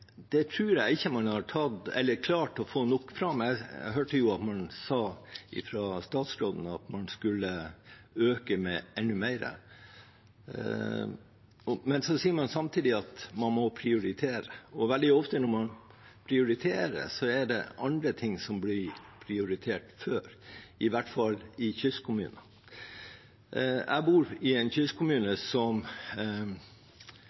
det tror jeg ikke man har klart å få nok fram. Jeg hørte jo at statsråden sa at man skulle øke med enda mer, men så sier man samtidig at man må prioritere. Veldig ofte når man prioriterer, er det andre ting som blir prioritert før, i hvert fall i kystkommuner. Jeg bor i en kystkommune